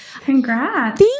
Congrats